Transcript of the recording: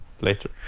later